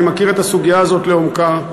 אני מכיר את הסוגיה הזאת לעומקה.